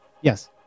Yes